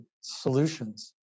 solutions